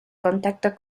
contacto